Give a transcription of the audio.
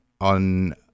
on